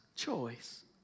choice